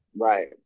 Right